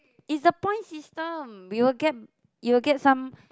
is the point system we will get you'll get some